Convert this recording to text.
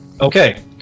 Okay